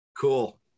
Cool